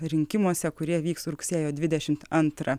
rinkimuose kurie vyks rugsėjo dvidešimt antrą